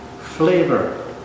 flavor